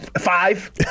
five